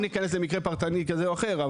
לא ניכנס למקרה פרטני כזה או אחר.